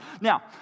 Now